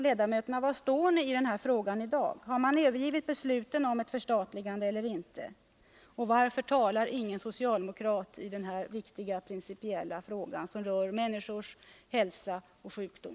Var står ni egentligen i denna fråga i dag? Har ni övergivit tanken på ett förstatligande eller inte? Varför talar inga socialdemokrater i denna principiellt viktiga fråga som rör människors hälsa och sjukdom?